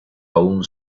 aun